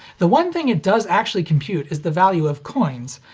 the one thing it does actually compute is the value of coins.